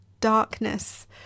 darkness